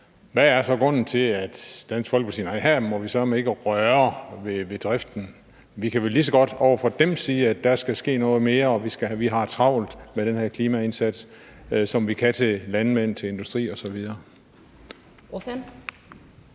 hvad er så grunden til, at Dansk Folkeparti siger, at her må vi søreme ikke røre ved driften? Vi kan vel lige så godt over for dem sige, at der skal ske noget mere, og at vi har travlt med den her klimaindsats, som vi kan til landmænd, til industri osv. Kl.